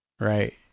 Right